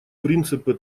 принципы